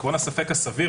עיקרון הספק הסביר,